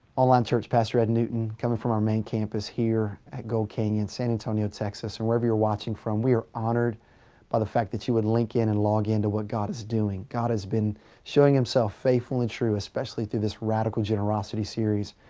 online church, pastor ed newton coming from our main campus here at gold canyon, san antonio, tx. and wherever you're watching from we are honored by the fact that you would link in and log in to what god is doing. god has been showing himself faithful and true. especially through this radical generosity series.